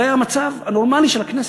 זה היה המצב הנורמלי של הכנסת.